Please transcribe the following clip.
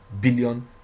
billion